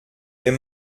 est